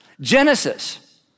Genesis